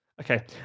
okay